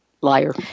liar